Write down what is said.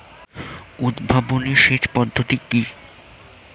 উদ্ভাবনী সেচ পদ্ধতি কি?